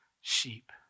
sheep